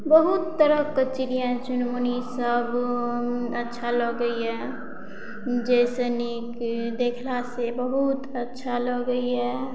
बहुत तरहक चिड़िया चुनमुनी सब अच्छा लगैय जैसँ नीक देखलासँ बहुत अच्छा लगइए